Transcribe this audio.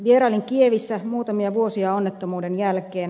vierailin kievissä muutamia vuosia onnettomuuden jälkeen